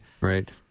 Right